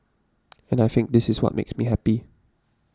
and I think this is what makes me happy